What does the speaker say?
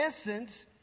essence